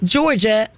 Georgia